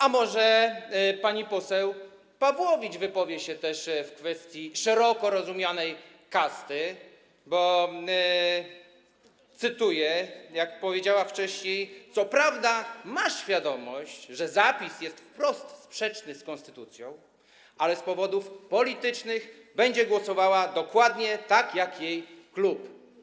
A może pani poseł Pawłowicz wypowie się też w kwestii szeroko rozumianej kasty, bo jak powiedziała wcześniej, cytuję, co prawda ma świadomość, że zapis jest wprost sprzeczny z konstytucją, ale z powodów politycznych będzie głosowała dokładnie tak jak jej klub.